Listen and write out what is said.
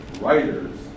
writers